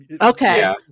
Okay